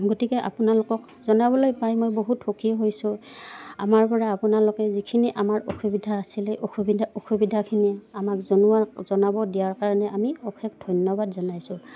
গতিকে আপোনালোকক জনাবলৈ পাই মই বহুত সুখী হৈছোঁ আমাৰ পৰা আপোনালোকে যিখিনি আমাৰ অসুবিধা আছিলে অসুবিধা অসুবিধাখিনি আমাক জনোৱা জনাব দিয়াৰ কাৰণে আমি অশেষ ধন্যবাদ জনাইছোঁ